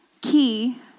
key